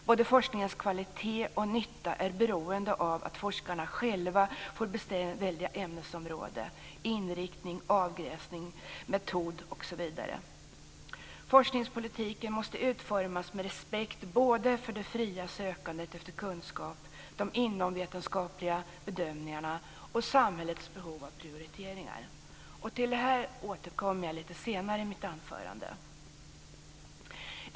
Både forskningens kvalitet och nytta är beroende av att forskarna själva får välja ämnesområde, inriktning, avgränsning, metod, osv. Forskningspolitiken måste utformas med respekt för såväl det fria sökandet efter kunskap som de inomvetenskapliga bedömningarna och samhällets behov av prioriteringar. Till detta återkommer jag lite senare i mitt anförande.